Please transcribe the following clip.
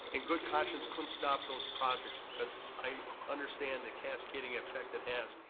in good conscience couldn't stop those projects because i understand the cascading effect it has.